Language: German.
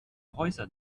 häuser